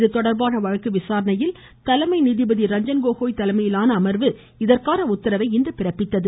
இத்தொடர்பான வழக்கு விசாரணையில் தலைமை நீதிபதி ரஞ்சன் கோகோய் தலைமையிலான அமர்வு இதற்கான உத்தரவை பிறப்பித்துள்ளது